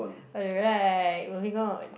oh right moving on